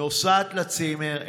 נוסעת לצימר,